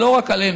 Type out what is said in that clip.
אבל לא רק עלינו,